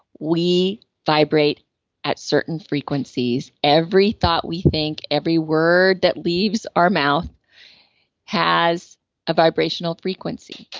we vibrate at certain frequencies. every thought we think, every word that leaves our mouth has a vibrational frequency.